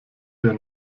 der